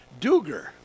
Duger